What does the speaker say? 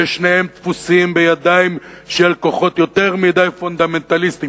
ששניהם תפוסים בידיים של כוחות יותר מדי פונדמנטליסטיים,